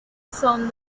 son